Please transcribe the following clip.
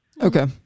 okay